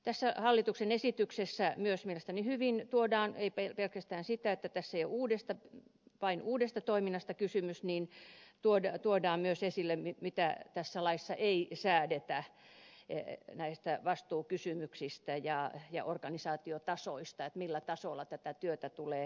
tässä hallituksen esityksessä myös mielestäni hyvin tuodaan esiin ei pelkästään sitä että tässä ei ole vain uudesta toiminnasta kysymys vaan tuodaan myös esille mitä tässä laissa ei säädetä näistä vastuukysymyksistä ja organisaatiotasoista millä tasolla tätä työtä tulee tehdä